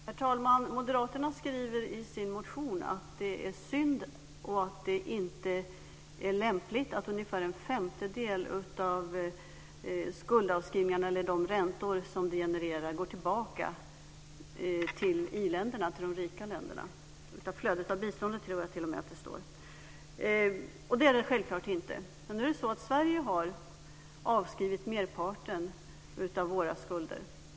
Herr talman! Moderaterna skriver i sin motion att det är synd och inte lämpligt att ungefär en femtedel av de räntor som skuldavskrivningarna genererar går tillbaka till i-länderna, de rika länderna. Jag tror t.o.m. att man syftar på biståndsflödet. Det är självklart inte lämpligt, men Sverige har avskrivit merparten av skulderna till oss.